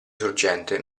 sorgente